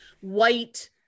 white